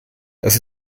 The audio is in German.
das